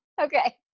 Okay